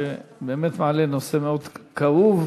שבאמת מעלה נושא מאוד כאוב.